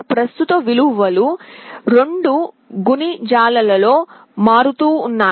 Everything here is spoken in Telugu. ప్రస్తుత విలువలు 2 గుణిజాలలో మారుతున్నాయి